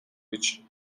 гэж